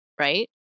right